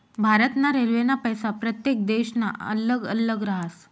भारत ना रेल्वेना पैसा प्रत्येक देशना अल्लग अल्लग राहस